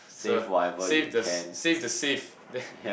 so save the s~ save the safe there